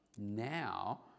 now